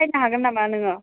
फैनो हागोन नामा नोङो